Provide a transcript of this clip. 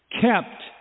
kept